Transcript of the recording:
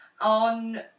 On